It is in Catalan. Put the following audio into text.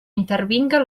intervinga